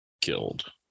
killed